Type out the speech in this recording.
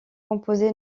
composée